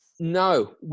No